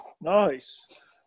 Nice